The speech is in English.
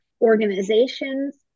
organizations